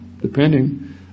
depending